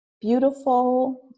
beautiful